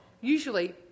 usually